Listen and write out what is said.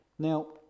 Now